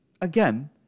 again